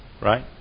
Right